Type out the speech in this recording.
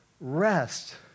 rest